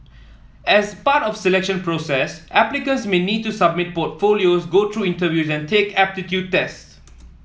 as part of the selection process applicants may need to submit portfolios go through interview and take aptitude tests